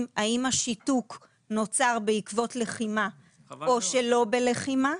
האם השיתוק נוצר בעקבות לחימה או שלא בלחימה,